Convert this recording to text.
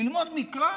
ללמוד מקרא